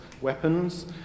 weapons